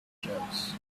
shelves